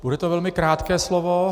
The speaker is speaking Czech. Bude to velmi krátké slovo.